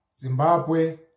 Zimbabwe